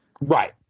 Right